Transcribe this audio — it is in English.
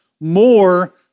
more